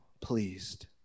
pleased